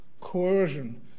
coercion